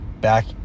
back